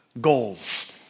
goals